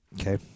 Okay